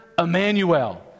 Emmanuel